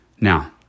Now